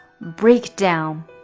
breakdown